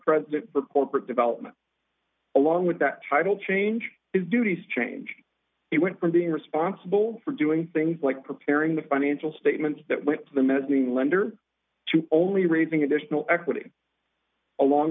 president for corporate development along with that title change its duties change it went from being responsible for doing things like preparing the financial statement that when the mezzanine lender to only raising additional equity along